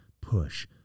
push